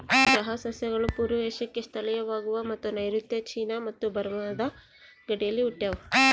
ಚಹಾ ಸಸ್ಯಗಳು ಪೂರ್ವ ಏಷ್ಯಾಕ್ಕೆ ಸ್ಥಳೀಯವಾಗವ ಮತ್ತು ನೈಋತ್ಯ ಚೀನಾ ಮತ್ತು ಬರ್ಮಾದ ಗಡಿಯಲ್ಲಿ ಹುಟ್ಟ್ಯಾವ